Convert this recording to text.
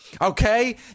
Okay